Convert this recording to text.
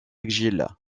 mcgill